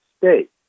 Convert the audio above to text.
state